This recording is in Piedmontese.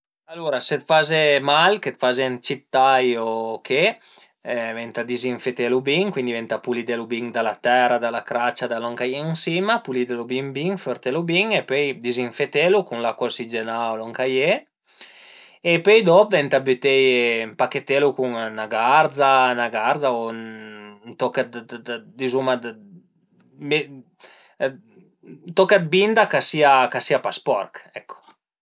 Alura se faze mal che faze ën cit tai o che venta dizinfetelu bin, cuindi venta pulidelu bin da la tera, da la cracia, da lon ch'a ie ën sima, pulidelu bin bin, fertelu bin, pöi dizinfetulu cun l'acua usigenà o lon ch'a ie e pöi dop büteie, ëmpachetelu cun 'na garza, 'na garza o un toch dë dë dizuma ën toch dë binda ch'a sia pa sporch ecco